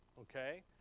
okay